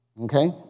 Okay